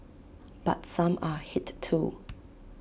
but some are hit too